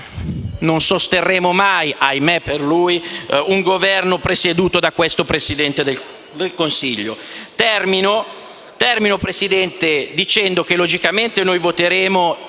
non sosterremo mai - ahimè per lui - un Governo presieduto da questo Presidente del Consiglio. Concludo, signor Presidente, dicendo che logicamente noi voteremo